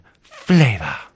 flavor